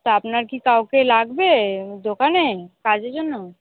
তা আপনার কি কাউকে লাগবে দোকানে কাজের জন্য